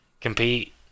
compete